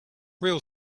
real